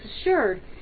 assured